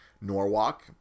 Norwalk